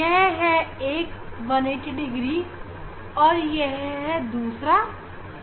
यह है एक 180 डिग्री और यह दूसरा 180 हुआ